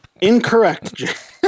incorrect